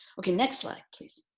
okay, next slide please.